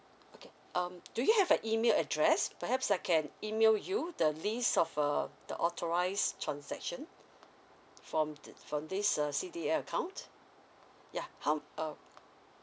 okay um do you have an email address perhaps I can email you the list of uh the authorise transaction from this from this uh C_D_A account yeah how uh